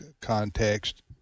context